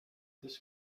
this